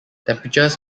temperatures